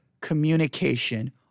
communication